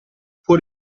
può